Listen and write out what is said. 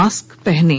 mask पहनें